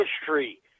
history